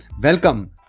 welcome